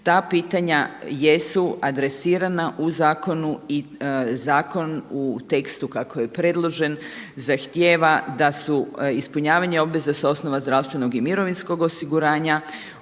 Ta pitanja jesu adresirana u zakonu i zakon u tekstu kako je predložen zahtjeva da su ispunjavanje obveza s osnova zdravstvenog i mirovinskog osiguranja